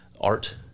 art